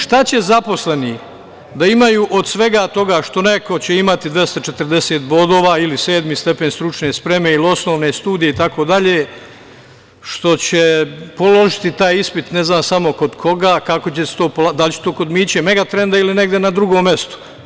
Šta će zaposleni da imaju od svega toga što će neko imati 240 bodova ili sedmi stepen stručne spreme ili osnovne studije itd, što će položiti taj ispit, ne znam samo kod koga, kako će se to polagati, da li će kod Miće Megatrenda ili negde na drugom mestu?